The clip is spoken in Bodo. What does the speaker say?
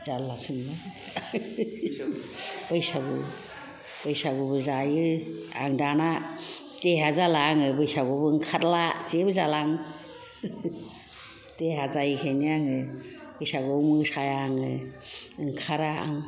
जारलासो मोनबायहां बैसागु बैसागुबो जायो आं दाना देहाया जाला आङो बैसागुयावबो ओंखारला जेबो जाला आं देहा जायैखायनो आङो बैसागुयाव मोसाया आङो ओंखारा आं